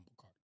card